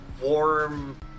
warm